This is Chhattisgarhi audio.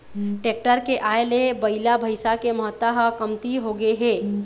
टेक्टर के आए ले बइला, भइसा के महत्ता ह कमती होगे हे